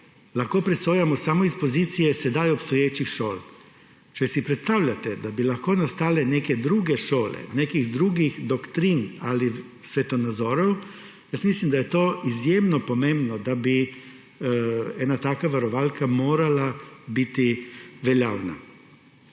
lahko presojamo samo iz pozicije sedaj obstoječih šol. Če si predstavljate, da bi lahko nastale neke druge šole nekih drugih doktrin ali svetovnih nazorov, jaz mislim, da je to izjemno pomembno, da bi ena taka varovalka morala biti veljavna.